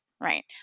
Right